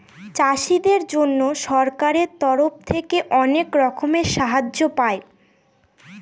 চাষীদের জন্য সরকারের তরফ থেকে অনেক রকমের সাহায্য পায়